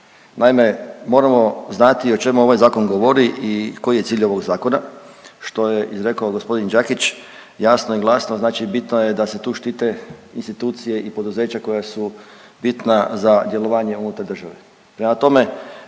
ovog Zakona o čemu ovaj zakon govori i koji je cilj ovog zakona što je izrekao gospodin Đakić jasno i glasno, znači bitno je da se tu štite institucije i poduzeća koja su bitna za djelovanje unutar države.